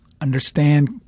understand